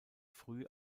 früh